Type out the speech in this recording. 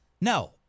No